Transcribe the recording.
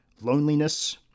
loneliness